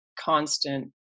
constant